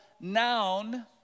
noun